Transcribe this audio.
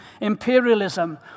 imperialism